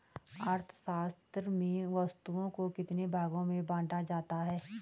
अर्थशास्त्र में वस्तुओं को कितने भागों में बांटा जाता है?